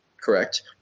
correct